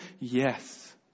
Yes